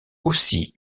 aussi